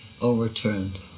overturned